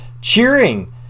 cheering